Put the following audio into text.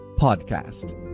podcast